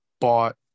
bought